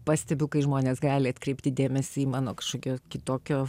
pastebiu kai žmonės gali atkreipti dėmesį į mano kažkokio kitokio